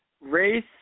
race